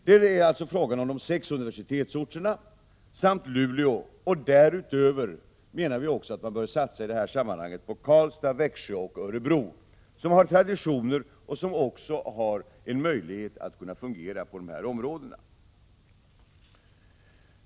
Det är alltså fråga om de sex universitetsorterna samt Luleå, och därutöver menar vi att man i detta sammanhang bör satsa på Karlstad, Växjö och Örebro, som har traditioner och möjlighet att fungera på dessa områden.